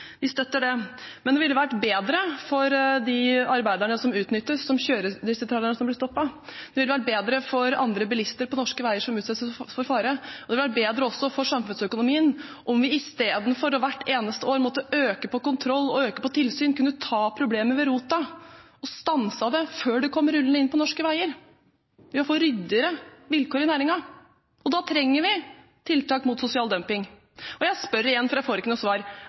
Men det ville vært bedre for de arbeiderne som utnyttes, som kjører disse trailerne som blir stoppet, det ville vært bedre for andre bilister på norske veier som utsettes for fare, og det ville vært bedre også for samfunnsøkonomien om vi istedenfor hvert eneste år å måtte øke på kontroll og øke på tilsyn, kunne ta problemet ved rota og stanset det før det kom rullende inn på norske veier, ved å få ryddigere vilkår i næringen. Da trenger vi tiltak mot sosial dumping. Jeg spør igjen, for jeg får ikke noe svar: